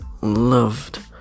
loved